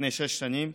לפני שש שנים.